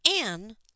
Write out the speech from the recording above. anne